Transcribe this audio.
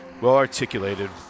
well-articulated